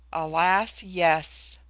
alas! yes.